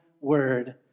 word